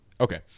Okay